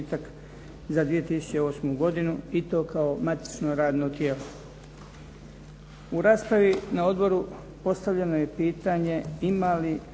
za 2008. godinu i to kao matično radno tijelo. U raspravi na odboru postavljeno je pitanje ima li